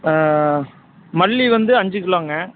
ஆ மல்லி வந்து அஞ்சு கிலோங்க